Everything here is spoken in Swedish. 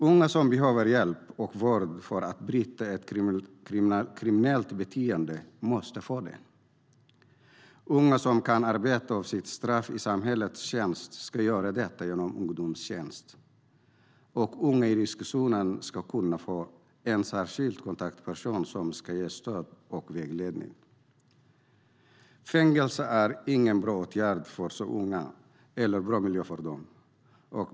Unga som behöver hjälp och vård för att bryta ett kriminellt beteende måste få det. Unga som kan arbeta av sitt straff i samhällets tjänst ska göra detta genom ungdomstjänst, och unga i riskzonen ska kunna få en särskild kontaktperson som ska ge stöd och vägledning. Fängelse är ingen bra åtgärd för så unga, heller ingen bra miljö för dem.